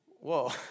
Whoa